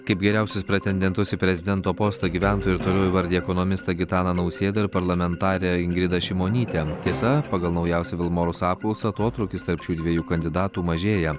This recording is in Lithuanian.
kaip geriausius pretendentus į prezidento postą gyventojai ir toliau įvardija ekonomistą gitaną nausėdą ir parlamentarę ingridą šimonytę tiesa pagal naujausią vilmorus apklausą atotrūkis tarp šių dviejų kandidatų mažėja